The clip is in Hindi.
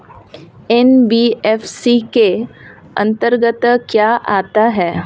एन.बी.एफ.सी के अंतर्गत क्या आता है?